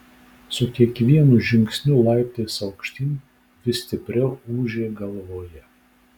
su kiekvienu žingsniu laiptais aukštyn vis stipriau ūžė galvoje